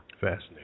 Fascinating